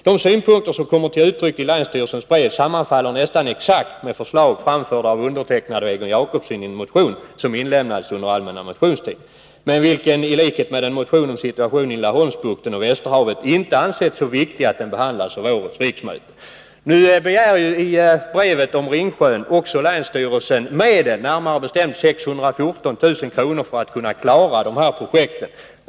De synpunkter som framförs i länsstyrelsens brev sammanfaller nästan exakt med förslag framförda av mig och Egon Jacobsson i en motion som inlämnades under den allmänna motionstiden i år, men vilken ilikhet med en motion om situationen i Laholmsbukten och Västerhavet inte ansetts så viktig att den behandlas av årets riksmöte. I brevet om Ringsjön begär länsstyrelsen också medel, närmare bestämt 614 000 kr., för att kunna klara de här projekten.